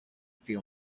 few